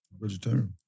Vegetarian